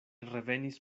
revenis